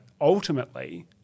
ultimately